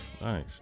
Nice